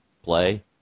play